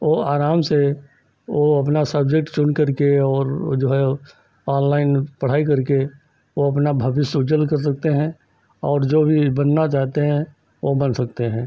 वह आराम से वह अपना सब्जेक्ट चुन करके और वह जो है ऑनलाइन पढ़ाई करके वह अपना भविष्य उज्ज्वल कर सकते हैं और जो भी बनना चाहते हैं वह बन सकते हैं